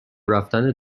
رفتن